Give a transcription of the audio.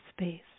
space